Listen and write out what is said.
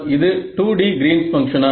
இது 2D greens பங்ஷனா